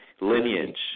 lineage